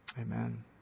Amen